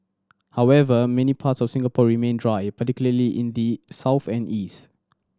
however many parts of Singapore remain dry particularly in the south and east